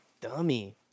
Dummy